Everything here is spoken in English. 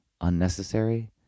unnecessary